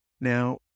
now